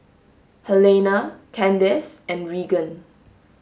Helena Candace and Reagan